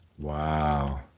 Wow